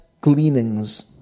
gleanings